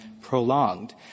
prolonged